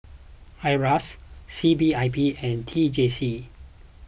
Iras C P I B and T J C